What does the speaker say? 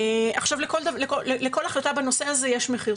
לכל החלטה בנושא הזה יש מחיר,